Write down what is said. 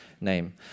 name